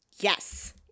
Yes